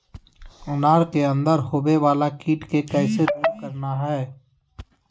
अनार के अंदर होवे वाला कीट के कैसे दूर करना है?